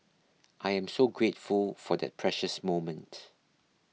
I am so grateful for that precious moment